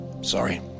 Sorry